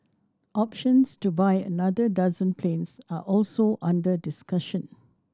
options to buy another dozen planes are also under discussion